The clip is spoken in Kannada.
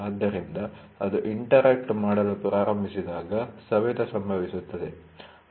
ಆದ್ದರಿಂದ ಅದು ಇಂಟರಾಕ್ಟ್ ಮಾಡಲು ಪ್ರಾರಂಭಿಸಿದಾಗ ಸವೆತ ಸಂಭವಿಸುತ್ತದೆ